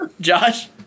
Josh